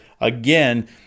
again